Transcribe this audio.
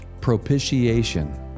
propitiation